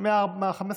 מה-15,